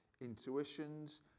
intuitions